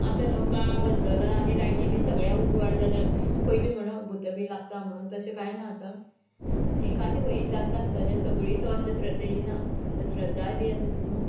आतां हो काळ बदलला आनी लायटी बी सगळ्याक उजवाड जाला पयलीं म्हणों भुतां बी लागता म्हणून तशें कांय ना आतां एकाचें खंयी जाता आसतलें सगळीं तो अंधश्रद्धा ही ना अंधश्रद्धाय बी आसा तितू